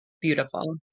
Beautiful